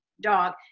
dog